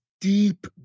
deep